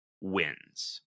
wins